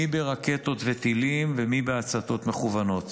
מי ברקטות וטילים ומי בהצתות מכוונות.